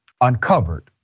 uncovered